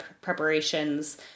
preparations